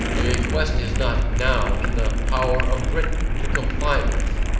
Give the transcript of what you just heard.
the request is not now in the power of britain to comply with,